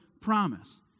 promise